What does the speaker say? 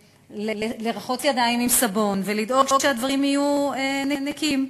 לרחוץ ידיים עם סבון ולדאוג שהדברים יהיו נקיים.